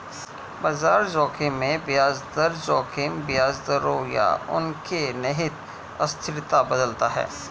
बाजार जोखिम में ब्याज दर जोखिम ब्याज दरों या उनके निहित अस्थिरता बदलता है